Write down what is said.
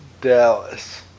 Dallas